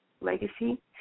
legacy